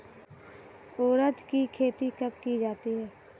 उड़द की खेती कब की जाती है?